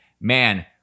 man